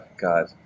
God